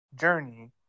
journey